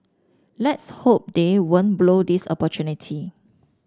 let's hope they won't blow this opportunity